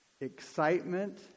excitement